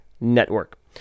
Network